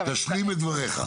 תודה.